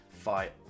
Fight